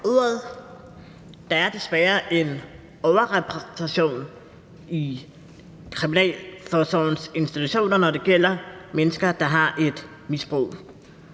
Der er desværre en overrepræsentation i kriminalforsorgens institutioner, når det gælder mennesker, der har et misbrug,